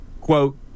quote